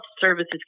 services